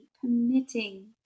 permitting